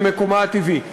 למקומה הטבעי,